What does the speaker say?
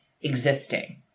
existing